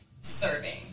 serving